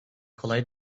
kolay